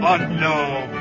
Unknown